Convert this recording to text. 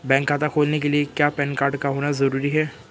Bank खाता खोलने के लिए क्या पैन कार्ड का होना ज़रूरी है?